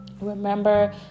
Remember